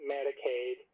Medicaid